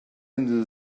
end